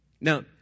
Now